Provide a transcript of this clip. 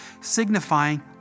signifying